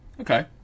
okay